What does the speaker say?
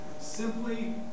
simply